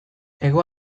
hego